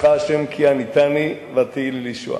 אודך השם כי עניתני ותהי לי לישועה.